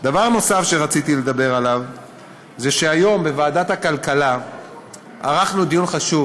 דבר נוסף שרציתי לדבר עליו זה שהיום בוועדת הכלכלה ערכנו דיון חשוב,